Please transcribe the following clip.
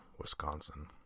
Wisconsin